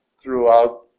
throughout